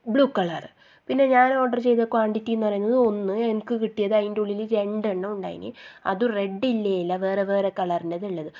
blue colour പിന്നെ ഞാൻ order ചെയ്ത ക്വാണ്ടിറ്റി എന്ന് പറയുന്നത് ഒന്ന് എനിക്ക് കിട്ടിയത് അതിൻ്റെ ഉള്ളിൽ രണ്ടെണ്ണം ഉണ്ടായിനി അത് റെഡ് ഇല്ല വേറെ വെറെ കളറിന്റേത് ഉള്ളത്